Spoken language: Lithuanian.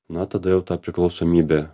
na tada jau ta priklausomybė